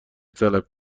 طلب